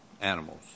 animals